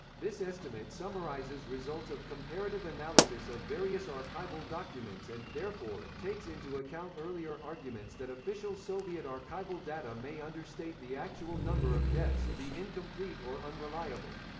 this estimate summarises results of comparative analysis of various archival documents and, therefore, takes into account earlier arguments that official soviet archival data may understate the actual number of deaths, be incomplete or unreliable.